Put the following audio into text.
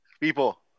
People